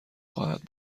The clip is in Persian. خواهد